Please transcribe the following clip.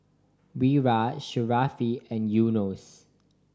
Wira Sharifah and Yunos